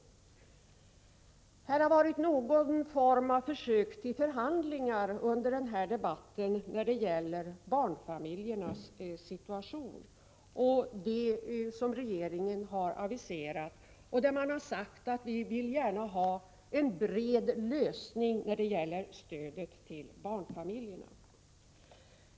Under den här debatten har gjorts försök till någon form av förhandlingar när det gäller barnfamiljernas situation och de åtgärder som regeringen har aviserat. Man har sagt att man gärna vill ha en bred lösning när det gäller stödet till barnfamiljerna.